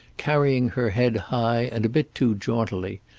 carrying her head high and a bit too jauntily,